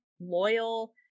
loyal